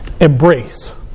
embrace